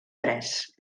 pres